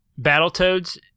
Battletoads